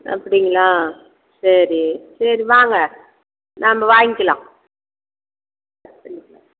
அப்படிங்களா சரி சரி வாங்க நாம் வாங்கிக்கலாம்